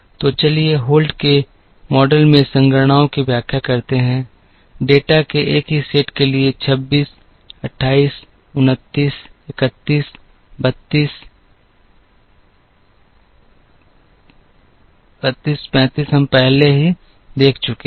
तो चलिए होल्ट के मॉडल में संगणनाओं की व्याख्या करते हैं डेटा के एक ही सेट के लिए 26 28 29 31 32 32 35 हम पहले ही देख चुके हैं